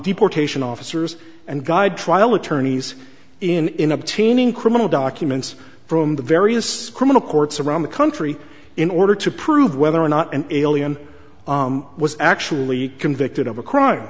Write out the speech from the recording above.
deportation officers and guide trial attorneys in obtaining criminal documents from the various criminal courts around the country in order to prove whether or not an alien was actually convicted of a crime